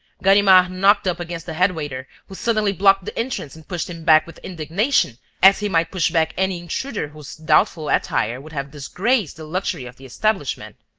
ganimard knocked up against the head-waiter, who suddenly blocked the entrance and pushed him back with indignation, as he might push back any intruder whose doubtful attire would have disgraced the luxury of the establishment.